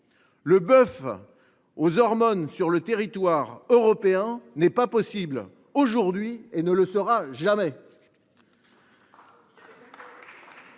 le bœuf aux hormones sur le territoire européen n’est pas possible aujourd’hui et ne le sera jamais.